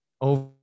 over